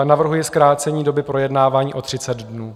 Navrhuji zkrácení doby projednávání o 30 dnů.